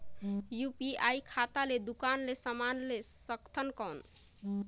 UPI खाता ले दुकान ले समान ले सकथन कौन?